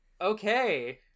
Okay